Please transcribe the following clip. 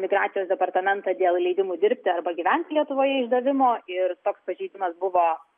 migracijos departamentą dėl leidimų dirbti arba gyventi lietuvoje išdavimo ir toks pažeidimas buvo